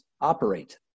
operate